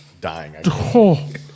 dying